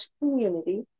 community